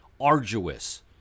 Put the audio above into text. arduous